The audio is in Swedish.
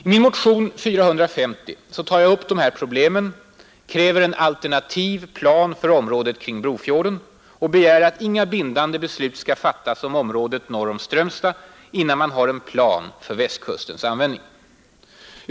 I min motion, nr 450, tar jag upp de här problemen, kräver en alternativ plan för området kring Brofjorden och begär att inga bindande beslut skall fattas om området norr om Strömstad innan man har en plan för västkustens användning.